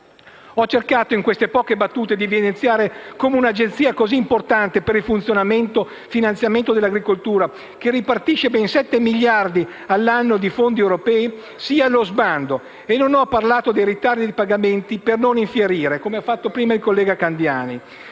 Ho cercato in queste poche battute di evidenziare come una Agenzia così importante per il funzionamento-finanziamento dell'agricoltura, che ripartisce ben 7 miliardi all'anno di fondi europei (PAC), sia allo sbando, e non ho parlato dei ritardi nei pagamenti per non infierire, come ha fatto prima il collega Candiani.